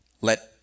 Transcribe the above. Let